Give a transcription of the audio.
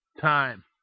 time